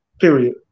period